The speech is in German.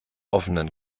offenen